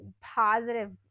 positive